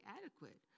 adequate